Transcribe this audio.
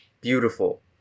beautiful